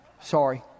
Sorry